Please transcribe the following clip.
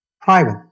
private